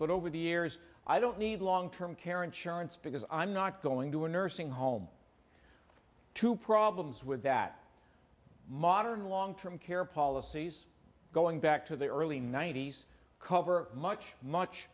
but over the years i don't need long term care insurance because i'm not going to a nursing home to problems with that modern long term care policies going back to the early ninety's cover much much